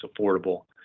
affordable